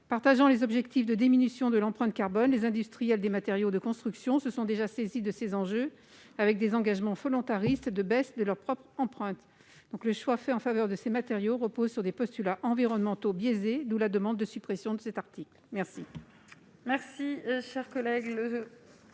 partageant les objectifs de diminution de l'empreinte carbone, les industriels des matériaux de construction se sont déjà saisis de ces enjeux avec des engagements volontariste de baisse de leur propres empreintes donc le choix fait en faveur de ces matériaux repose sur des postulats environnementaux biaisé, d'où la demande de suppression de cet article, merci.